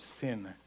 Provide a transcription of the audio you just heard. sin